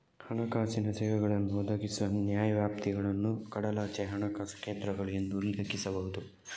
ಹಣಕಾಸಿನ ಸೇವೆಗಳನ್ನು ಒದಗಿಸುವ ನ್ಯಾಯವ್ಯಾಪ್ತಿಗಳನ್ನು ಕಡಲಾಚೆಯ ಹಣಕಾಸು ಕೇಂದ್ರಗಳು ಎಂದು ಉಲ್ಲೇಖಿಸಬಹುದು